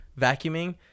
vacuuming